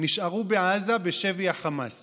נשארו בעזה בשבי החמאס